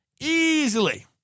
Easily